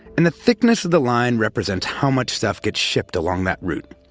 and the thickness of the line represents how much stuff gets shipped along that route.